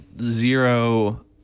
zero